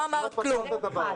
אה, לא אמרת כלום.